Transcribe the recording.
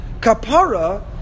Kapara